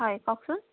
হয় কওকচোন